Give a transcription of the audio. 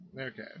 Okay